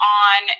on